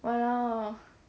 orh